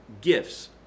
gifts